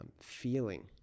feeling